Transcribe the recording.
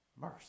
mercy